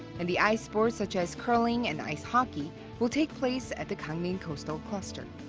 and the ice sports such as curling and ice hockey will take place at the gangneung coastal cluster.